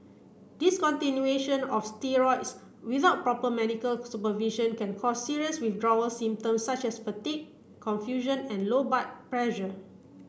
discontinuation of steroids without proper medical supervision can cause serious withdrawal symptoms such as confusion and low